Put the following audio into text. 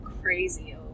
crazy